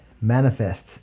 manifests